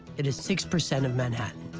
it is six percent of manhattan.